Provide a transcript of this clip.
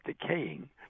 decaying